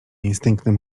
instynktem